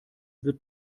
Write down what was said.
wird